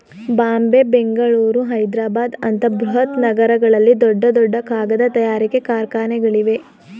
ಬಾಂಬೆ, ಬೆಂಗಳೂರು, ಹೈದ್ರಾಬಾದ್ ಅಂತ ಬೃಹತ್ ನಗರಗಳಲ್ಲಿ ದೊಡ್ಡ ದೊಡ್ಡ ಕಾಗದ ತಯಾರಿಕೆ ಕಾರ್ಖಾನೆಗಳಿವೆ